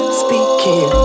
speaking